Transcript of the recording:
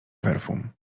perfum